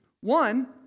One